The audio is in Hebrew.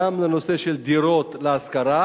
גם לנושא של דירות להשכרה